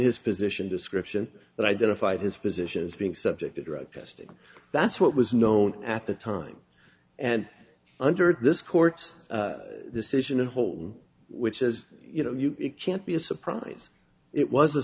his position description that identified his position as being subject to drug testing that's what was known at the time and under this court's decision to hold which as you know you can't be a surprise it was a